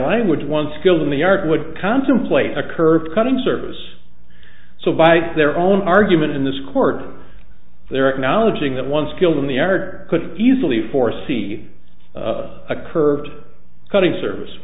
language one skilled in the art would contemplate a curved cutting service so by their own argument in this court they are acknowledging that one skilled in the art could easily foresee a curve cutting service